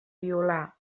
violar